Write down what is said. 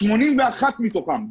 81 מתוכם בלבד,